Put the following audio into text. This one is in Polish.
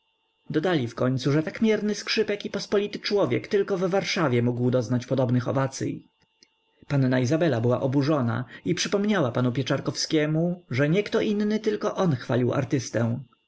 dodali wkońcu że tak mierny skrzypek i pospolity człowiek tylko w warszawie mógł doznać podobnych owacyj panna izabela była oburzona i przypomniała panu pieczarkowskiemu że nie kto inny tylko on chwalił artystę